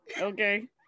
okay